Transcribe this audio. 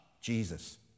Jesus